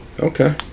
Okay